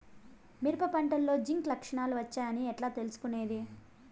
మిరప పంటలో జింక్ లక్షణాలు వచ్చాయి అని ఎట్లా తెలుసుకొనేది?